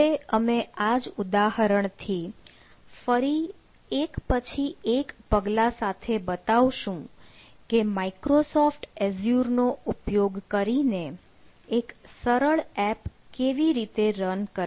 હવે અમે આ જ ઉદાહરણથી ફરી એક પછી એક પગલા સાથે બતાવશું કે માઈક્રોસોફ્ટ એઝ્યુર નો ઉપયોગ કરીને એક સરળ એપ કેવી રીતે રન કરવી